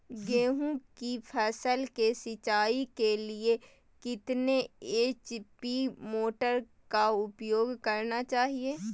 गेंहू की फसल के सिंचाई के लिए कितने एच.पी मोटर का उपयोग करना चाहिए?